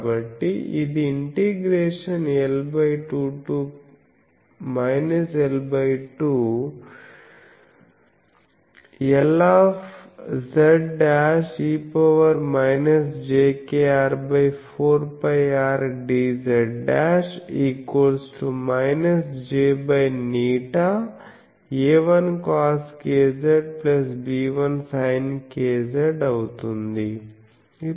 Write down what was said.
కాబట్టి ఇది ഽ l2 to l2Iz'e jkR4πRdz' jղA1coskzB1sink|z| అవుతుంది